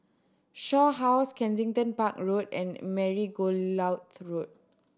Shaw House Kensington Park Road and Margoliouth Road